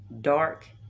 dark